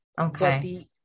Okay